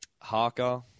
harker